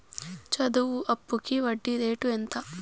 చదువు అప్పుకి వడ్డీ రేటు ఎంత?